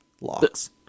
locks